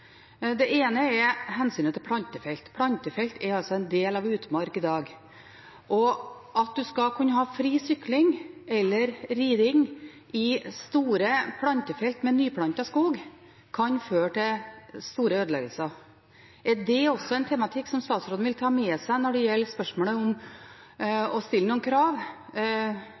Det ene er hensynet til plantefelt. Plantefelt er altså en del av utmark i dag, og hvis en skal kunne ha fri sykling eller riding i store plantefelt med nyplantet skog, kan det føre til store ødeleggelser. Er det også en tematikk som statsråden vil ta med seg når det gjelder spørsmålet om å stille noen krav